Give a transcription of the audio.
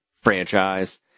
franchise